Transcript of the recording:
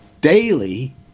daily